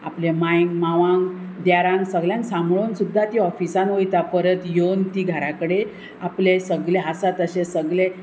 आपले मायक मावांक देरांक सगळ्यांक सांबाळून सुद्दा ती ऑफिसान वयता परत येवन ती घरा कडे आपलें सगलें आसा तशें सगलें